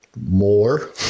more